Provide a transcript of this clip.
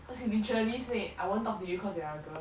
cause he literally said I won't talk to you cause you are a girl